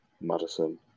Madison